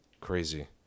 Crazy